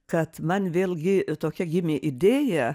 kad man vėlgi tokia gimė idėja